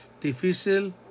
difícil